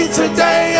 today